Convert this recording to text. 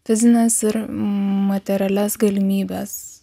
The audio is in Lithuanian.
fizines ir materialias galimybes